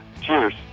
Cheers